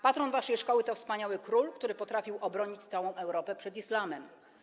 Patron waszej szkoły to wspaniały król, który potrafił obronić całą Europę przed islamem.